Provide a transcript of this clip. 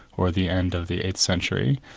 or the end of the eighth century,